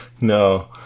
No